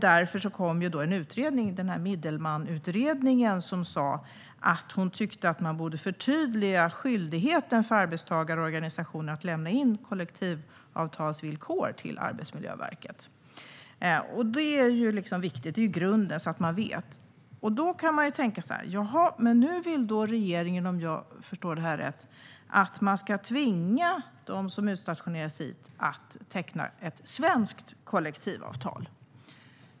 Därför kom utredningen från Middelman, som sa att hon tycker att man borde förtydliga skyldigheten för arbetstagarorganisationer att lämna in kollektivavtalsvillkor till Arbetsmiljöverket. Och det är ju viktigt och grunden, så att man vet vad som gäller. Men nu vill regeringen, om jag förstår det rätt, att man ska tvinga dem som utstationeras hit att teckna ett svenskt kollektivavtal.